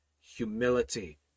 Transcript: Humility